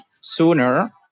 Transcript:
sooner